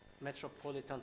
metropolitan